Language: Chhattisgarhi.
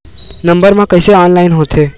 नम्बर मा कइसे ऑनलाइन होथे?